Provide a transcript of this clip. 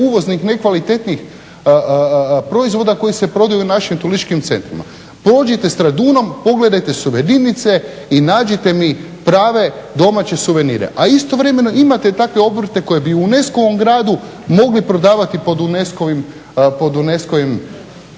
uvoznih nekvalitetnih proizvoda koji se prodaju u našim turističkim centrima. Prođite Stradunom, pogledajte suvenirnice i nađite mi prave domaće suvenire, a istovremeno imate takve obrte koji bi u UNESCO-ovom gradu mogli prodavati pod UNESCO-ovim,